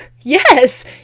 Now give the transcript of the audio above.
Yes